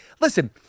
listen